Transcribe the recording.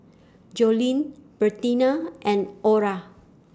Joleen Bertina and Orra